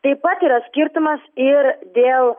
taip pat yra skirtumas ir dėl